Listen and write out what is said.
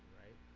right